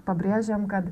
pabrėžiam kad